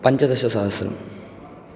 पञ्चदशसहस्रम्